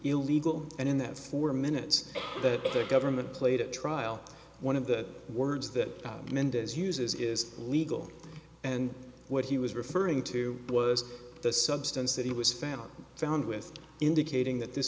illegal and in that four minutes that the government played at trial one of the words that mendez uses is legal and what he was referring to was the substance that he was found found with indicating that this